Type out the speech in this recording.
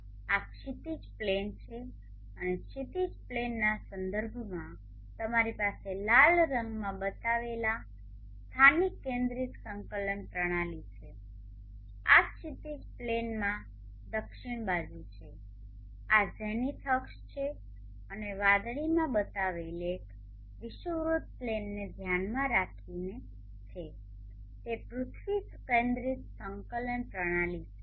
આ ક્ષિતિજ પ્લેન છે અને ક્ષિતિજ પ્લેનના સંદર્ભમાં તમારી પાસે લાલ રંગમાં બતાવેલ સ્થાનિક કેન્દ્રિત સંકલન પ્રણાલી છે આ ક્ષિતિજ પ્લેનમાં દક્ષિણ બાજુ છે આ ઝેનિથ અક્ષ છે અને વાદળીમાં બતાવેલ એક વિષુવવૃત્ત પ્લેનને ધ્યાનમાં રાખીને છે તે પૃથ્વી કેન્દ્રિત સંકલન પ્રણાલી છે